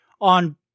on